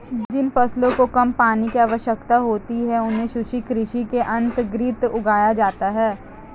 जिन फसलों को कम पानी की आवश्यकता होती है उन्हें शुष्क कृषि के अंतर्गत उगाया जाता है